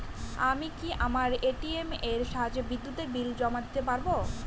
আমি কি আমার এ.টি.এম এর সাহায্যে বিদ্যুতের বিল জমা করতে পারব?